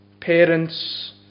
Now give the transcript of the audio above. parents